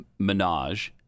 Minaj